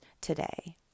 today